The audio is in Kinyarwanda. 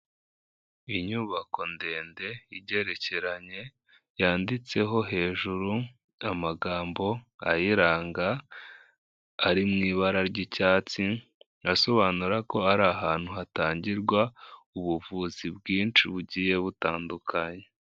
Inyubako ndende igerekeranye, yanditseho hejuru amagambo ayiranga, ari mu ibara ry'icyatsi, asobanura ko ari ahantu hatangirwa ubuvuzi bwinshi bugiye butandukanye.